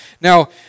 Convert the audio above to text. Now